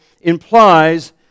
implies